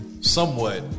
somewhat